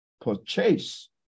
purchase